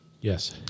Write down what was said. Yes